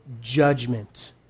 judgment